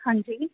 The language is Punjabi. ਹਾਂਜੀ